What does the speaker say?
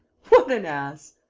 what an ass!